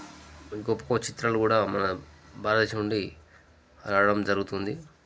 గొప్ప చిత్రాన్ని కూడా మన భారతదేశం నుండి రావడం జరుగుతుంది